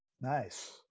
Nice